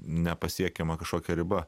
nepasiekiama kažkokia riba